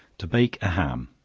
to bake a ham.